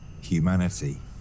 humanity